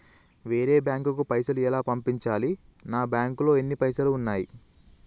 వేరే బ్యాంకుకు పైసలు ఎలా పంపించాలి? నా బ్యాంకులో ఎన్ని పైసలు ఉన్నాయి?